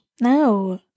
No